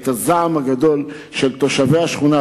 את הזעם הגדול של תושבי גבעת-שאול,